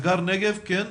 הגר נגב בבקשה.